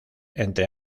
entre